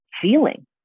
feeling